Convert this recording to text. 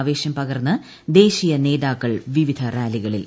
ആവേശം പകർന്ന് ദേശീയ നേതാക്കൾ വിവിധ റാലികളിൽ